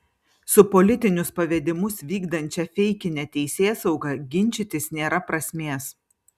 su politinius pavedimus vykdančia feikine teisėsauga ginčytis nėra prasmės